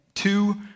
two